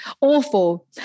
awful